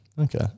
Okay